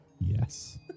Yes